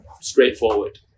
straightforward